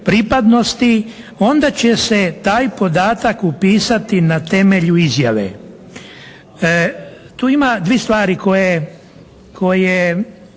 pripadnosti onda će se taj podatak upisati na temelju izjave. Tu ima dvije stvari koje